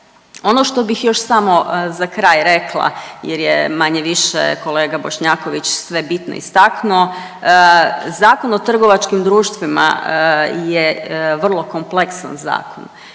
Ono što bih još samo za kraj rekla jer je manje-više kolega Bošnjaković sve bitno istaknuo Zakon o trgovačkim društvima je vrlo kompleksan zakon.